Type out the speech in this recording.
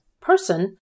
person